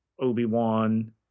Obi-Wan